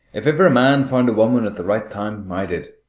if ever a man found a woman at the right time, i did.